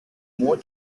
more